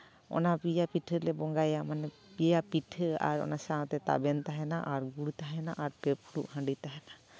ᱚᱱᱟ ᱯᱮᱭᱟ ᱯᱤᱷᱟᱹᱞᱮ ᱵᱚᱸᱜᱟᱭᱟ ᱢᱟᱱᱮ ᱯᱮᱭᱟ ᱯᱤᱴᱷᱟᱹ ᱟᱨ ᱚᱱᱟ ᱥᱟᱶᱛᱮ ᱛᱟᱵᱮᱱ ᱛᱟᱦᱮᱱᱟ ᱟᱨ ᱜᱩᱲ ᱛᱟᱦᱮᱱᱟ ᱟᱨ ᱯᱮ ᱯᱷᱩᱲᱩᱜ ᱦᱟᱺᱰᱤ ᱛᱟᱦᱮᱱᱟ